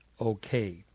okay